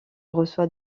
reçoit